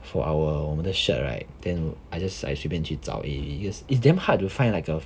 for our 我们的 shirt right then I just like 随便去找 it it is damn hard to find like a